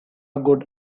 good